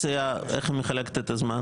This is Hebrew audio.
האופוזיציה, איך היא מחלקת את הזמן?